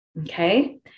Okay